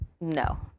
No